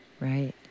Right